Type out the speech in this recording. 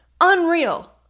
Unreal